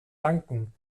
danken